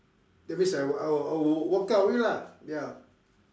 that means I will I will I will walk out of it lah ya